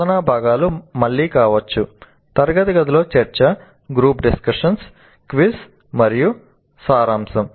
బోధనా భాగాలు మళ్ళీ కావచ్చు తరగతి గదిలో చర్చ గ్రూప్ డిస్కషన్ క్విజ్ మరియు సారాంశం